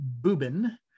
Boobin